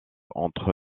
entre